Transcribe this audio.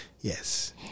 yes